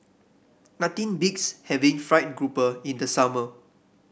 nothing beats having fried grouper in the summer